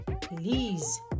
please